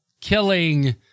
killing